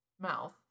mouth